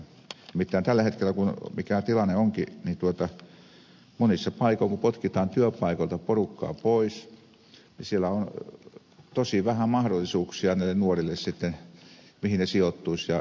nimittäin tällä hetkellä kun mikä tilanne onkin niin monissa paikoissa kun potkitaan työpaikoilta porukkaa pois niin siellä on tosi vähän mahdollisuuksia näille nuorille sitten mihin he sijoittuisivat